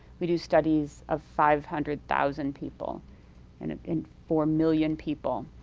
we do studies of five hundred thousand people and four million people.